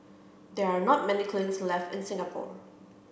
there are not many kilns left in Singapore